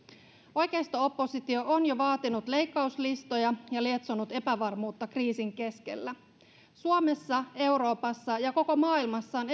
oikeisto oppositio on jo vaatinut leikkauslistoja ja lietsonut epävarmuutta kriisin keskellä suomessa euroopassa ja koko maailmassa on